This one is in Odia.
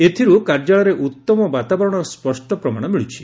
ଏଥିରୁ କାର୍ଯ୍ୟାଳୟରେ ଉତ୍ତମ ବାତାବରଣର ସ୍କଷ୍ଟ ପ୍ରମାଣ ମିଳ୍ଚିଛି